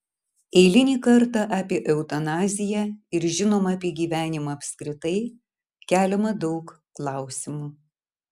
eilinį kartą apie eutanaziją ir žinoma apie gyvenimą apskritai keliama daug klausimų